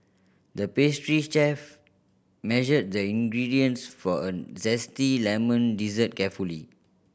the pastry chef measured the ingredients for a zesty lemon dessert carefully